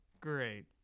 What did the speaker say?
great